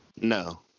No